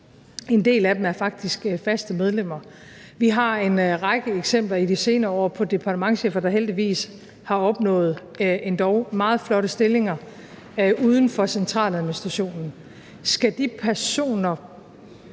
En del af dem er faktisk faste medlemmer. Vi har en række eksempler i de senere år på departementschefer, der heldigvis har opnået endog meget flotte stillinger uden for centraladministrationen. Skal de personer